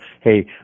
hey